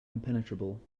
impenetrable